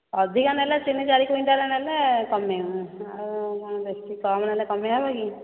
ଅଧିକା ନେଲେ ତିନି ଚାରି କୁଇଣ୍ଟାଲ୍ ନେଲେ କମେଇବୁ ଆଉ କ'ଣ ବେଶୀ କମ୍ ନେଲେ କମେଇହେବ କି